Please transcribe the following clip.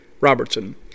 Robertson